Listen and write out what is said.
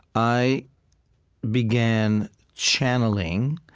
i began channeling,